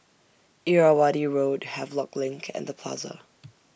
Irrawaddy Road Havelock LINK and The Plaza